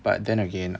but then again